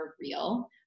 real